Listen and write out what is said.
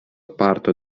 parto